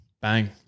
Bang